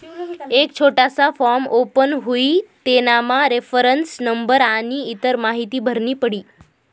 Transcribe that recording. एक छोटासा form open हुई तेनामा रेफरन्स नंबर आनी इतर माहीती भरनी पडी